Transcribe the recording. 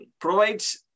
provides